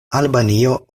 albanio